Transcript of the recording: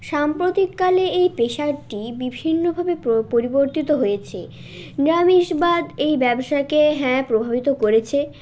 সাম্প্রতিককালে এই পেশাটি বিভিন্নভাবে পরিবর্তিত হয়েছে নিরামিষবাদ এই ব্যবসাকে হ্যাঁ প্রভাবিত করেছে